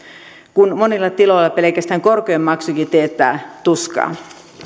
kun monilla tiloilla pelkästään korkojen maksukin teettää tuskaa